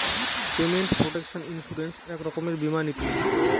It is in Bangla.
পেমেন্ট প্রটেকশন ইন্সুরেন্স এক রকমের বীমা নীতি